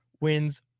wins